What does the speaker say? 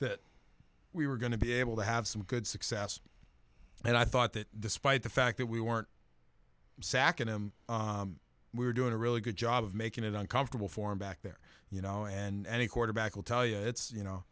that we were going to be able to have some good success and i thought that despite the fact that we weren't sacking him we were doing a really good job of making it uncomfortable for him back there you know and a quarterback will tell you it's you know